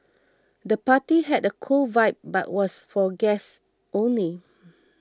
the party had a cool vibe but was for guests only